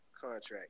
contract